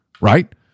Right